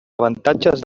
avantatges